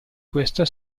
questa